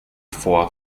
vor